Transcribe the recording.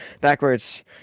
backwards